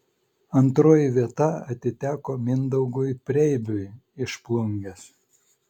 antroji vieta atiteko mindaugui preibiui iš plungės